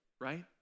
right